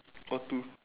or two